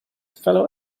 fellow